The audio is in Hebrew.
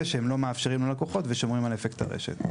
שהם לא מאפשרים ללקוחות ושומרים על "אפקט הרשת".